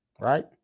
Right